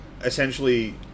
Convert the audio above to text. essentially